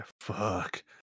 fuck